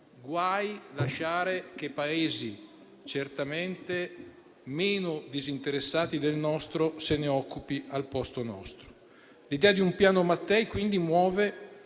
Guai a lasciare che Paesi, certamente meno disinteressati del nostro, se ne occupino al posto nostro. L'idea di un Piano Mattei, quindi, muove,